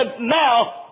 now